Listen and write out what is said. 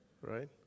right